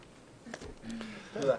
וואו,